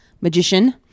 magician